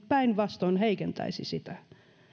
päinvastoin heikentäisi sitä